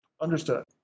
understood